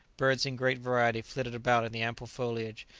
birds in great variety flitted about in the ample foliage,